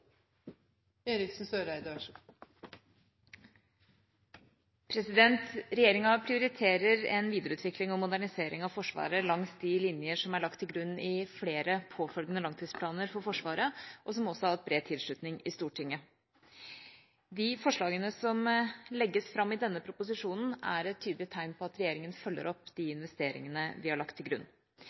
lagt til grunn i flere påfølgende langtidsplaner for Forsvaret, som også har hatt bred tilslutning i Stortinget. De forslagene som legges fram i denne proposisjonen, er et tydelig tegn på at regjeringa følger opp de investeringene vi har lagt til grunn.